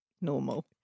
normal